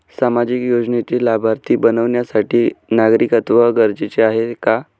सामाजिक योजनेचे लाभार्थी बनण्यासाठी नागरिकत्व गरजेचे आहे का?